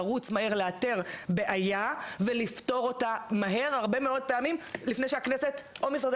לרוץ מהר לאתר בעיה ולפתור אותה מהר הרבה מאוד פעמים לפני שהכנסת או משרדי